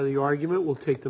the argument will take them